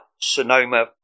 Sonoma